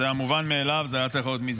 זה היה מובן מאליו, זה היה צריך להיות מזמן.